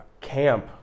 camp